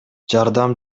жардам